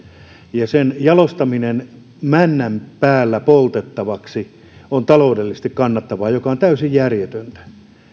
ja sen jalostaminen männän päällä poltettavaksi on taloudellisesti kannattavaa mikä on täysin järjetöntä